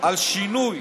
על שינוי